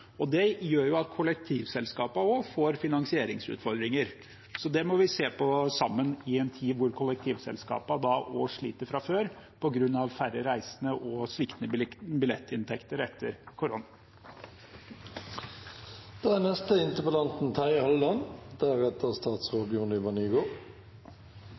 og det gjør at kollektivselskapene også får finansieringsutfordringer. Det må vi se på sammen i en tid hvor kollektivselskapene også sliter fra før, på grunn av færre reisende og sviktende billettinntekter etter